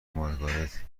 مارگارت